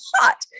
hot